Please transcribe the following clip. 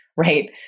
right